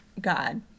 God